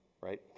right